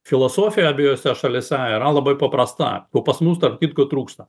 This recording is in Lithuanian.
filosofija abiejose šalyse yra labai paprasta pas mus tarp kitko trūksta